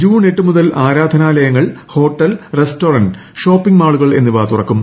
June എട്ട് മുതൽ ആരാധനാലയങ്ങൾ ഹ്ഗോട്ടൽ റസ്റ്റോറന്റ് ഷോപ്പിംഗ് മാളുകൾ എന്നിവ തുറക്കും